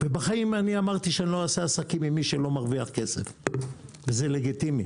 אני אמרתי שבחיים אני לא אעשה עסקים עם מי שלא מרוויח כסף וזה לגיטימי,